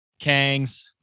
Kangs